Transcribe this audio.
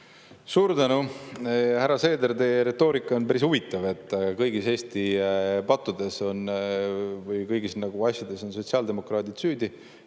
Suur tänu! Härra Seeder, teie retoorika on päris huvitav, et kõigis Eesti pattudes või kõigis asjades on sotsiaaldemokraadid süüdi.